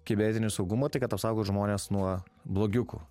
kibernetinį saugumą tai kad apsaugot žmones nuo blogiukų